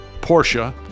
Porsche